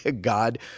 God